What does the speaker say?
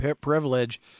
privilege